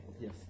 Yes